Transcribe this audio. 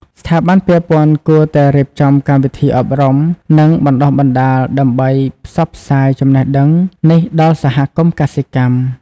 ស្ថាប័នពាក់ព័ន្ធគួរតែរៀបចំកម្មវិធីអប់រំ និងបណ្តុះបណ្តាលដើម្បីផ្សព្វផ្សាយចំណេះដឹងនេះដល់សហគមន៍កសិកម្ម។